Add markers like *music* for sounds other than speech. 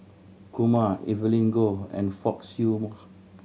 Kumar Evelyn Goh and Fock Siew *unintelligible*